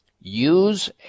use